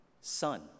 son